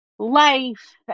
life